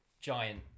giant